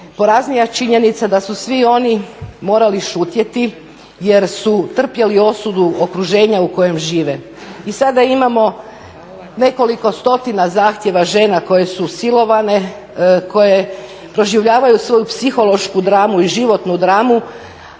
poraznija činjenica da su svi oni morali šutjeti jer su trpjeli osudu okruženja u kojem žive. I sada imamo nekoliko stotina zahtjeva žena koje su silovane koje proživljavaju svoju psihološku dramu i životnu dramu,